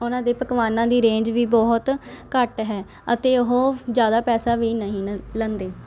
ਉਹਨਾਂ ਦੇ ਪਕਵਾਨਾਂ ਦੀ ਰੇਂਜ ਵੀ ਬਹੁਤ ਘੱਟ ਹੈ ਅਤੇ ਉਹ ਜ਼ਿਆਦਾ ਪੈਸਾ ਵੀ ਨਹੀਂ ਨਾ ਲੈਂਦੇ